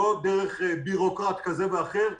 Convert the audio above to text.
לא דרך בירוקרט כזה או אחר,